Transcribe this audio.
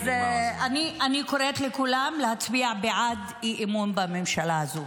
אז אני קוראת לכולם להצביע בעד האי-אמון בממשלה הזו.